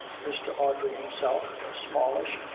mr. audrey himself, a smallish,